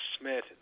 Smith